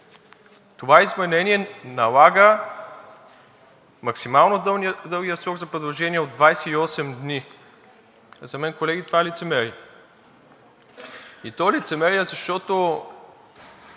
това изменение налага максимално дългия срок за предложение от 28 дни. За мен, колеги, това е лицемерие, и то е лицемерие, защото